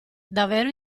davvero